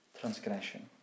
transgression